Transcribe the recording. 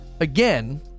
again